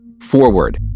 Forward